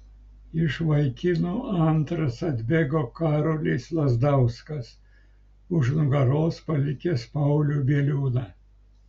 iš vaikinų antras atbėgo karolis lazdauskas už nugaros palikęs paulių bieliūną